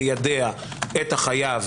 את החייב